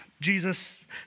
Jesus